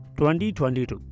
2022